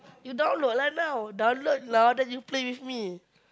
you download lah now download now then you play with me